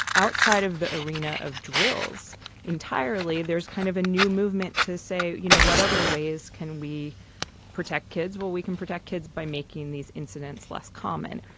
outside of the arena of drills entirely. there's kind of a new movement to say, you know, what other ways can we protect kids? well, we can protect kids by making these incidents less common.